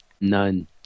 None